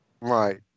right